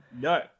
No